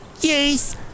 Yes